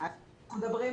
נטו,